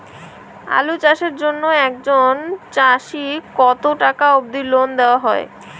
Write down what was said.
আলু চাষের জন্য একজন চাষীক কতো টাকা অব্দি লোন দেওয়া হয়?